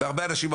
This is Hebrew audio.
אלה האינטרסים.